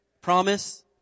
Promise